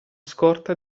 scorta